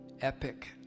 epic